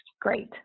Great